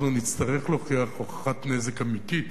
אנחנו נצטרך להוכיח הוכחת נזק אמיתית